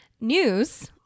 news